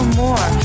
more